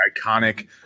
iconic